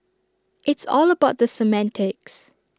it's all about the semantics